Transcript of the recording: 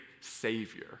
savior